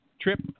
trip